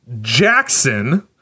Jackson